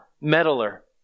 meddler